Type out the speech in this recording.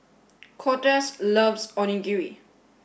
Cortez loves Onigiri